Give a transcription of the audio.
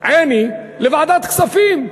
עיני לוועדת כספים.